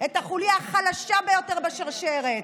את החוליה החלשה ביותר בשרשרת,